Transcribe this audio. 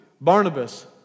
Barnabas